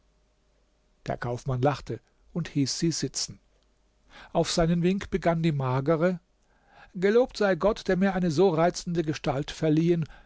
der kaufmann lachte und hieß sie sitzen auf seinen wink begann die magere gelobt sei gott der mir eine so reizende gestalt verliehen